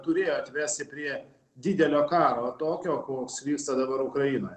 turėjo atvesti prie didelio karo tokio koks vyksta dabar ukrainoj